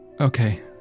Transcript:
Okay